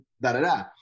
da-da-da